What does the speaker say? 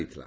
ଦେଇଥିଲା